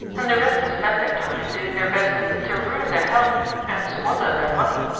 and the rest spent their time in doing their best to ruin their health and squander their money.